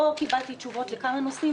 לא קיבלתי תשובות לכמה נושאים,